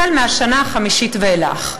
החל מהשנה החמישית ואילך.